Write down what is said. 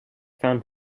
found